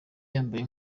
yambaye